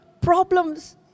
problems